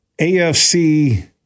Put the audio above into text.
AFC